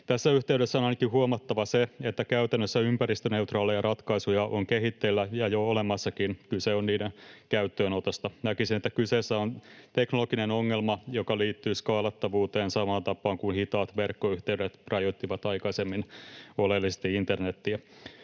Tässä yhteydessä on ainakin huomattava se, että käytännössä ympäristöneutraaleja ratkaisuja on kehitteillä ja jo olemassakin. Kyse on niiden käyttöönotosta. Näkisin, että kyseessä on teknologinen ongelma, joka liittyy skaalattavuuteen, samaan tapaan kuin hitaat verkkoyhteydet rajoittivat aikaisemmin oleellisesti internetiä.